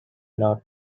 lot